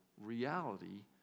reality